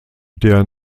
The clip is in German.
der